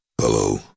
hello